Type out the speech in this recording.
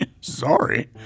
Sorry